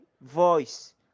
voice